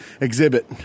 exhibit